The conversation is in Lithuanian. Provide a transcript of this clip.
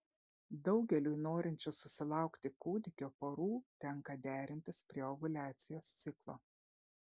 daugeliui norinčių susilaukti kūdikio porų tenka derintis prie ovuliacijos ciklo